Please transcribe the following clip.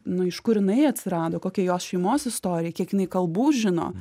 na iš kur jinai atsirado kokia jos šeimos istorija kiek jinai kalbų žino